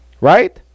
Right